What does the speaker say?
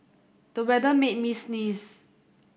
the weather made me sneeze